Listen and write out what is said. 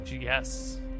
Yes